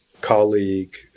colleague